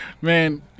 man